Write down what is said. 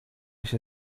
się